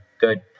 good